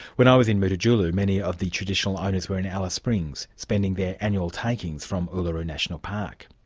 when i was in mutitjulu many of the traditional owners were in alice springs, spending their annual takings from uluru national park.